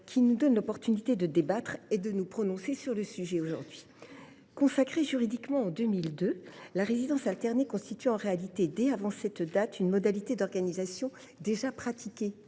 qui nous donne l’occasion de débattre et de nous prononcer sur le sujet. Consacrée juridiquement en 2002, la résidence alternée constituait en réalité, dès avant cette date, une modalité d’organisation déjà pratiquée